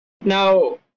Now